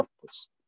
purpose